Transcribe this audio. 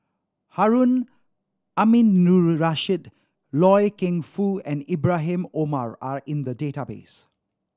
Harun Aminurrashid Loy Keng Foo and Ibrahim Omar are in the database